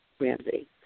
Ramsey